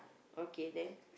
okay then